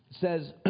says